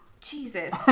Jesus